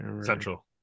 central